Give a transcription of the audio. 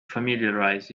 familiarize